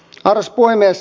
arvoisa puhemies